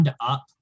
up